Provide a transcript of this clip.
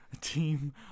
team